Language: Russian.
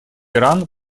иран